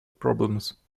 problems